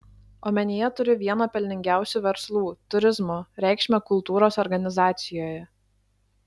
omenyje turiu vieno pelningiausių verslų turizmo reikšmę kultūros organizacijoje